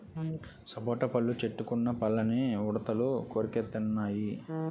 సపోటా పళ్ళు చెట్టుకున్న పళ్ళని ఉడతలు కొరికెత్తెన్నయి